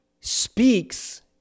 speaks